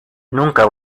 nunca